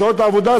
בשעות העבודה,